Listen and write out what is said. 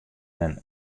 men